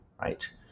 right